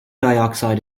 dioxide